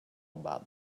about